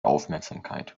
aufmerksamkeit